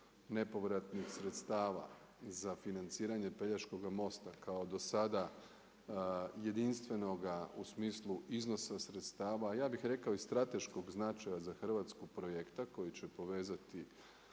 nepovratnih sredstava za financiranje Pelješkoga mosta kao do sada jedinstvenoga u smislu iznosa sredstava, a ja bih rekao i strateškog značaja za Hrvatsku projekta koji će povezati